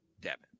Devin